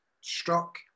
struck